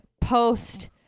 post